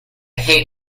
hate